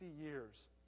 years